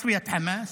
חיסול חמאס,